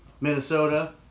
Minnesota